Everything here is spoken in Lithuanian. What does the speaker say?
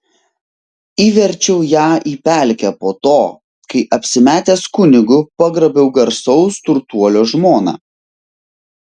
įverčiau ją į pelkę po to kai apsimetęs kunigu pagrobiau garsaus turtuolio žmoną